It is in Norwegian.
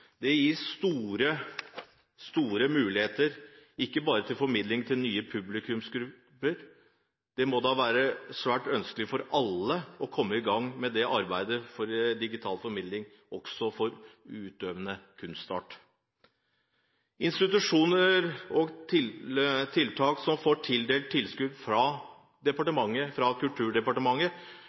Det gir store muligheter, ikke bare til formidling til nye publikumsgrupper – det må da være svært ønskelig for alle å komme i gang med arbeidet for digital formidling også for utøvende kunstarter. Institusjoner og tiltak som får tildelt tilskudd fra Kulturdepartementet,